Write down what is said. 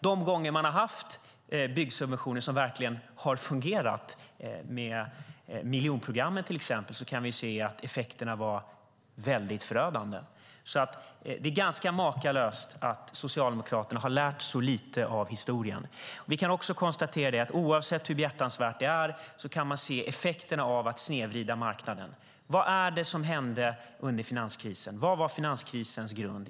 De gånger vi haft byggsubventioner som verkligen har fungerat, till exempel i samband med miljonprogrammet, har vi kunnat se att effekterna varit förödande. Det är ganska obegripligt att Socialdemokraterna lärt så lite av historien. Vi kan konstatera att oavsett hur behjärtansvärt det är kan vi se effekterna av att snedvrida marknaden. Vad var det som hände under finanskrisen? Vad var finanskrisens grund?